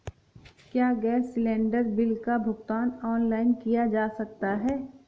क्या gas cylinder bill का भुगतान ऑनलाइन किया जा सकता है?